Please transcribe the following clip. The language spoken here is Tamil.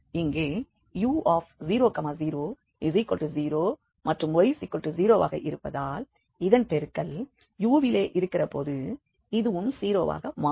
இங்கே u000 மற்றும் y0 வாக இருப்பதால் இதன் பெருக்கல் u விலே இருக்கிறபோது இதுவும் 0 வாக மாறும்